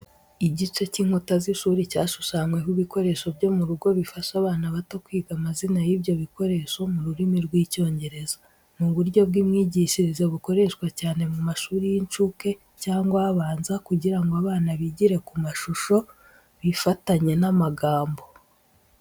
Igice cy’inkuta z’ishuri cyashushanyweho ibikoresho byo mu rugo bifasha abana bato kwiga amazina y’ibyo bikoresho mu rurimi rw’Icyongereza. Ni uburyo bw’imyigishirize, bukoreshwa cyane mu mashuri y’incuke cyangwa abanza kugira ngo abana bigire ku mashusho bifatanye n’amagambo.